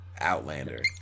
Outlander